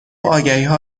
آگهیها